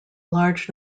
large